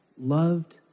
loved